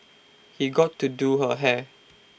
he got to do her hair